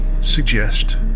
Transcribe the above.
suggest